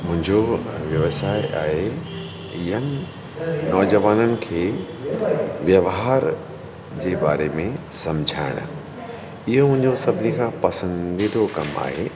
मुंहिंजो व्यवसाय आहे यंग नौजवाननि खे व्यवहार जे बारे में समुझाइणु इहो मुंहिंजो सभिनी खां पसंदीदो कमु आहे